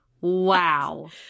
Wow